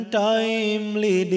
timely